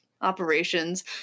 operations